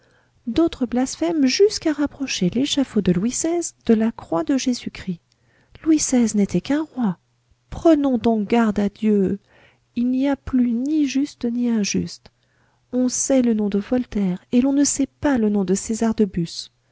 d'autres blasphèment jusqu'à rapprocher l'échafaud de louis xvi de la croix de jésus-christ louis xvi n'était qu'un roi prenons donc garde à dieu il n'y a plus ni juste ni injuste on sait le nom de voltaire et l'on ne sait pas le nom de césar de bus